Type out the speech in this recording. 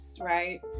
right